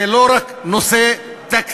זה לא רק נושא תקציבי,